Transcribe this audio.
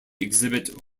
exhibit